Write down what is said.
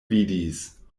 vidis